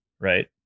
right